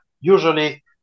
usually